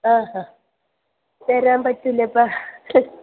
ആഹാ തരാൻ പറ്റില്ലേ അപ്പം